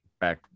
back